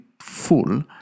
full